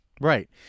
Right